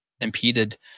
impeded